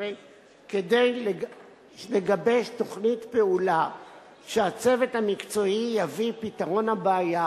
כדי לגבש תוכנית פעולה שהצוות המקצועי יביא כפתרון לבעיה,